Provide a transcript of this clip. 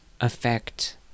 affect